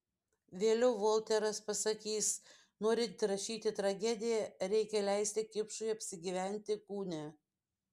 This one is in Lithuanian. vėliau volteras pasakys norint rašyti tragediją reikia leisti kipšui apsigyventi kūne